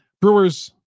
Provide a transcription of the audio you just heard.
Brewers